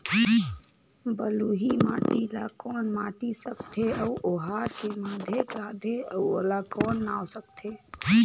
बलुही माटी ला कौन माटी सकथे अउ ओहार के माधेक राथे अउ ओला कौन का नाव सकथे?